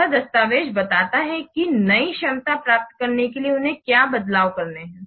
यह दस्तावेज़ बताता है कि नई क्षमता प्राप्त करने के लिए उन्हें क्या बदलाव करने हैं